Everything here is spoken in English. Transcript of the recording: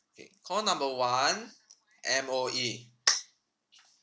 okay call number one M_O_E